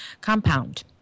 compound